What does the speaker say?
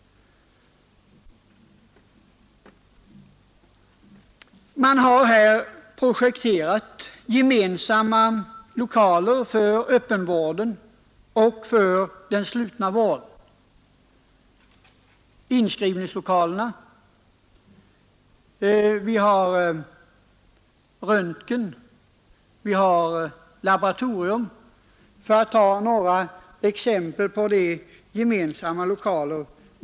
Här har projekterats gemensamma lokaler för den öppna vården och för den slutna vården. Vi har inskrivningslokaler, röntgen och laboratorium för att ta några exempel på gemensamma lokaler.